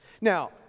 Now